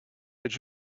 did